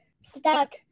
stuck